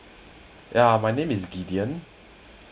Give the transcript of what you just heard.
yeah my name is gideon